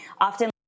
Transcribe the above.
often